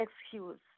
excuse